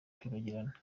kwibagirana